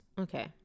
Okay